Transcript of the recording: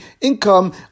income